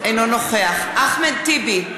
אינו נוכח אחמד טיבי,